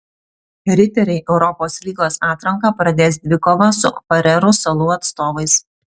riteriai europos lygos atranką pradės dvikova su farerų salų atstovais